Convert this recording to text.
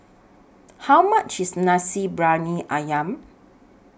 How much IS Nasi Briyani Ayam